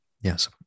Yes